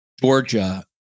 Georgia